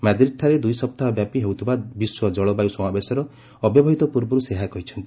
ମାଡ଼ିଡ୍ଠାରେ ଦୁଇ ସପ୍ତାହବ୍ୟାପୀ ହେଉଥିବା ବିଶ୍ୱ ଜଳବାୟୁ ସମାବେଶର ଅବ୍ୟବହିତ ପୂର୍ବରୁ ସେ ଏହା କହିଛନ୍ତି